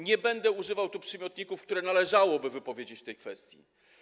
Nie będę używał tu przymiotników, które należałoby wypowiedzieć w tej kwestii.